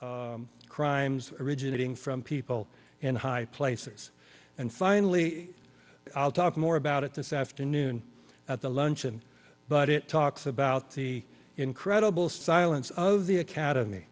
crimes originating from people in high places and finally i'll talk more about it this afternoon at the luncheon but it talks about the incredible silence of the academy